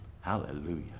Hallelujah